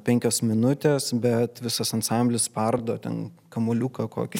penkios minutės bet visas ansamblis spardo ten kamuoliuką kokį